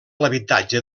l’habitatge